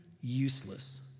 useless